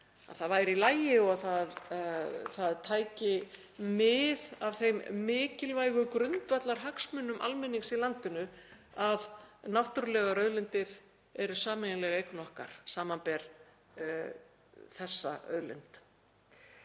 bara í lagi, það tæki mið af þeim mikilvægu grundvallarhagsmunum almennings í landinu að náttúrulegar auðlindir eru sameiginleg eign okkar, samanber þessa auðlind.